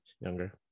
younger